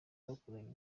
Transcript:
yakoranye